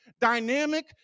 dynamic